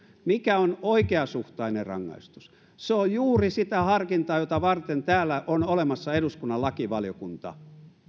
mikä on oikeasuhtainen rangaistus on juuri sitä harkintaa jota varten täällä on olemassa eduskunnan lakivaliokunta